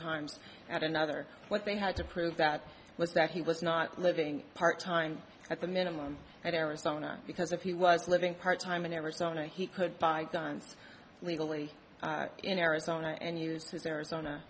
times at another what they had to prove that was that he was not living part time at the minimum at arizona because if he was living part time in arizona he could buy guns legally in arizona and used his arizona